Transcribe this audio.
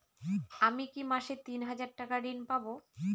আমি কি মাসে তিন হাজার টাকার ঋণ পাবো?